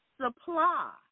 supply